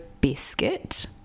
biscuit